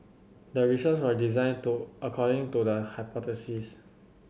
the research was designed to according to the hypothesis